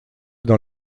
dans